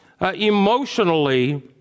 emotionally